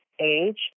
age